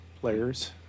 players